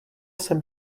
jsem